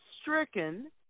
stricken